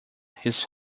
his